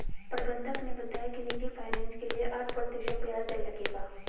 प्रबंधक ने बताया कि निजी फ़ाइनेंस के लिए आठ प्रतिशत ब्याज दर लगेगा